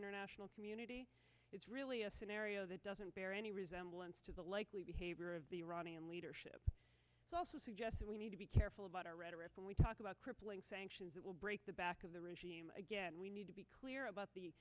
international community is really a scenario that doesn't bear any resemblance to the likely behavior of the iranian leadership also suggest that we need to be careful about our rhetoric when we talk about crippling sanctions that will break the back of the regime again we need to be clear about the